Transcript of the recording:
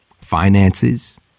finances